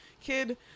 kid